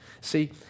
See